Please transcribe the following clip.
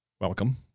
Welcome